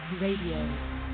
Radio